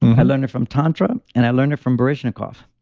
i learned it from tantra and i learned it from baryshnikov.